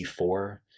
C4